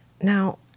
Now